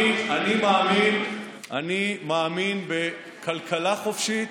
אני מאמין בכלכלה חופשית